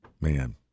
man